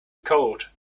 cold